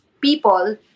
people